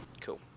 Cool